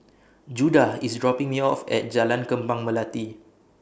Judah IS dropping Me off At Jalan Kembang Melati